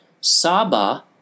Saba